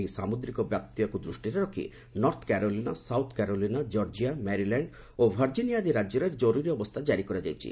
ଏହି ସାମୁଦ୍ରିକ ବାତ୍ୟାକୁ ଦୃଷ୍ଟିରେ ରଖି North Carolina South Carolina Georgia Maryland ଏବଂ ଭାର୍ଜିନିଆ ଆଦି ରାଜ୍ୟରେ ଜରୁରୀ ଅବସ୍ଥା ଜାରି କରାଯାଇଛି